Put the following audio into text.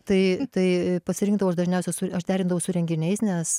tai tai pasirinkdavau aš dažniausia aš derindavau su renginiais nes